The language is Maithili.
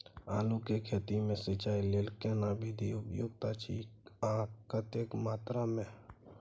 आलू के खेती मे सिंचाई लेल केना विधी उपयुक्त अछि आ कतेक मात्रा मे?